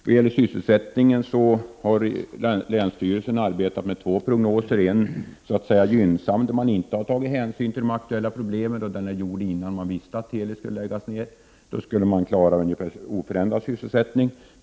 Vad gäller sysselsättningen har länsstyrelsen arbetat med två prognoser. Enligt den ena, den så att säga gynnsamma prognosen, där man inte har tagit hänsyn till de aktuella problemen, eftersom den gjordes innan man visste att Teli skulle läggas ned, skulle man klara ungefär oförändrad sysselsättning.